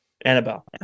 Annabelle